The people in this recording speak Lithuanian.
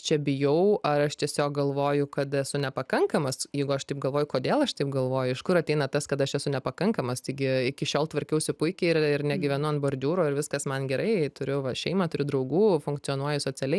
čia bijau ar aš tiesiog galvoju kad esu nepakankamas jeigu aš taip galvoju kodėl aš taip galvoju iš kur ateina tas kad aš esu nepakankamas taigi iki šiol tvarkiausi puikiai ir ir negyvenu ant bardiūro ir viskas man gerai turiu va šeimą turiu draugų funkcionuoju socialiai